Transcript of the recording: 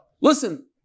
Listen